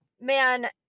man